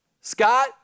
Scott